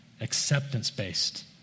acceptance-based